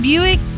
Buick